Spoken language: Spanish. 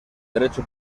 derecho